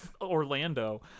Orlando